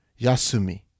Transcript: Yasumi